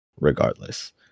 regardless